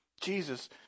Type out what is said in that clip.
Jesus